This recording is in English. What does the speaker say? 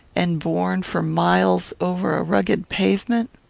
and borne for miles over a rugged pavement?